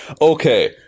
Okay